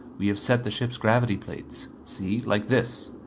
we have set the ship's gravity plates see, like this.